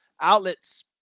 outlets